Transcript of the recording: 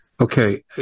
Okay